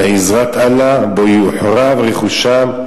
בעזרת אללה, שבו יוחרב רכושם,